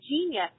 genius